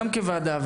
גם כוועדה,